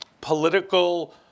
political